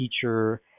teacher